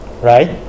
right